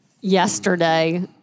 yesterday